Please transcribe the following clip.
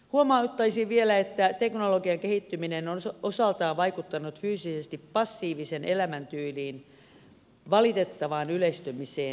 huomauttaisin vielä että teknologian kehittyminen on osaltaan vaikuttanut fyysisesti passiivisen elämäntyylin valitettavaan yleistymiseen